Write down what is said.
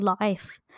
life